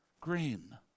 Green